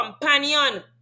companion